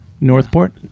Northport